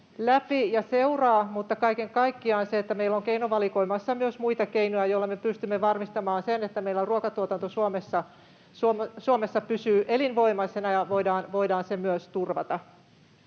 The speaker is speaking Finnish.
läpi ja seuraa. Mutta kaiken kaikkiaan on tärkeää se, että meillä on keinovalikoimassa myös muita keinoja, joilla me pystymme varmistamaan sen, että meillä ruokatuotanto Suomessa pysyy elinvoimaisena ja voidaan se myös turvata.